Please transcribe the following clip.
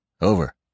over